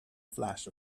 flash